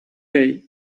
day